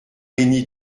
bénie